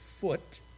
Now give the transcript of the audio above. foot